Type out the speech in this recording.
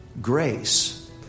grace